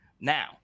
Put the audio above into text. Now